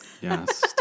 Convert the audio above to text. Yes